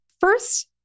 first